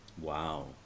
wow